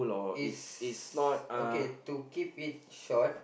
it's okay to keep it short